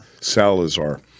Salazar